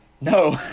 No